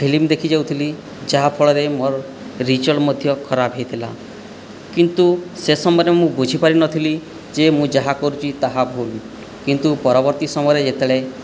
film ଦେଖିଯାଉଥିଲି ଯାହାଫଳରେ ମୋର ରେଜଲ୍ଟ ମଧ୍ୟ ଖରାପ ହୋଇଥିଲା କିନ୍ତୁ ସେ ସମୟରେ ମୁଁ ବୁଝିପାରିନଥିଲି ଯେ ମୁଁ ଯାହା କରୁଛି ତାହା ଭୁଲ୍ କିନ୍ତୁ ପରବର୍ତ୍ତୀ ସମୟରେ ଯେତେବେଳେ